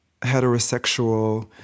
heterosexual